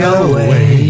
away